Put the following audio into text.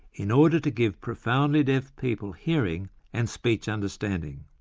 in order to give profoundly deaf people hearing and speech understanding.